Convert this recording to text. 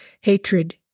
hatred